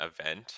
event